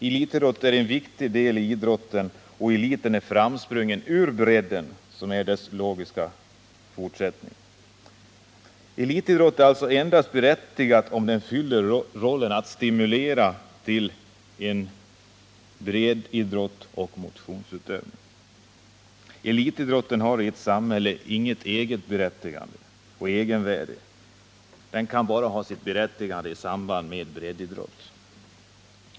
Elitidrott är en viktig del i idrotten, den är framsprungen ur breddidrotten och är dess logiska fortsättning. Elitidrott är endast berättigad om den fyller rollen att stimulera till breddidrott och till motionsutövning. Elitidrotten har i ett samhälle inget egenvärde, den kan bara ha sitt berättigande i samband med breddidrott.